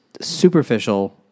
superficial